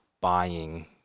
buying